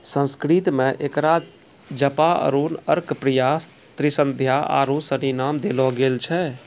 संस्कृत मे एकरा जपा अरुण अर्कप्रिया त्रिसंध्या आरु सनी नाम देलो गेल छै